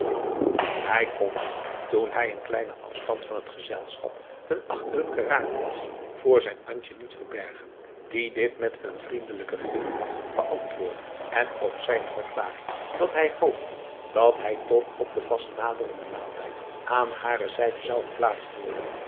hij kon dit toen hij een kleinen afstand van het gezelschap ten achteren geraakt was voor zijn antje niet verbergen die dit met een vriendelijken grimlach beantwoordde en op zijne verklaring dat hij hoopte dat hij toch op den vast naderenden maaltijd aan hare zijde zou geplaatst worden